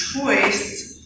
choice